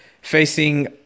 facing